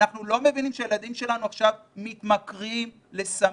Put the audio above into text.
אנחנו לא מבינים שהילדים שלנו עכשיו מתמכרים לסמים?